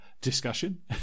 discussion